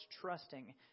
trusting